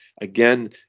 again